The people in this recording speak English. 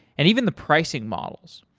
and even the pricing models.